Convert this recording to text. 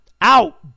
Out